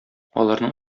аларның